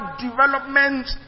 development